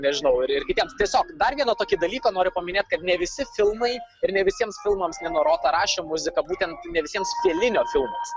nežinau ir ir kitiems tiesiog dar vieną tokį dalyką noriu paminėt kad ne visi filmai ir ne visiems filmams nino roto rašė muziką būtent ne visiems felinio filmams